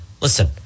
Listen